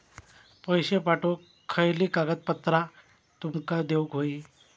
पैशे पाठवुक खयली कागदपत्रा तुमका देऊक व्हयी?